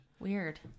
Weird